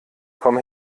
komm